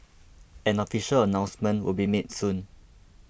an official announcement would be made soon